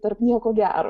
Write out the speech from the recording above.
tarp nieko gero